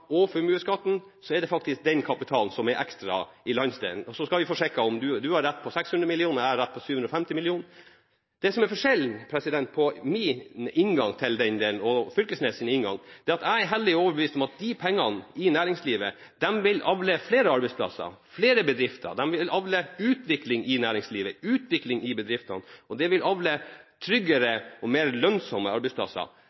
og formuesskatten, er det faktisk den kapitalen som er ekstra i landsdelen. Så skal vi få sjekket om Krag Fylkesnes har rett i 600 mill. kr, eller om jeg har rett i 750 mill. kr. Det som er forskjellen på min inngang til den delen og Knag Fylkesnes’ inngang, er at jeg er hellig overbevist om at de pengene i næringslivet vil avle flere arbeidsplasser og flere bedrifter, de vil avle utvikling i næringslivet, utvikling i bedriftene, og det vil avle